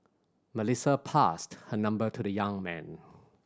Melissa passed her number to the young man